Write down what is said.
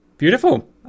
Beautiful